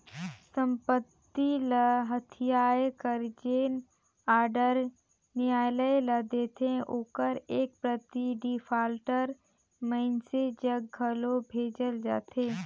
संपत्ति ल हथियाए कर जेन आडर नियालय ल देथे ओकर एक प्रति डिफाल्टर मइनसे जग घलो भेजल जाथे